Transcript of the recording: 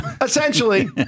essentially